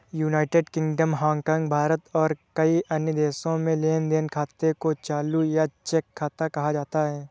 United Kingdom, Hong Kong, Bharat और कई अन्य देशों में लेन देन खाते को चालू या चेक खाता कहा जाता है